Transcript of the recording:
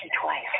twice